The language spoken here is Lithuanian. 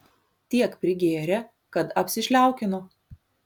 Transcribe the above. tiek prigėrė kad apsišliaukino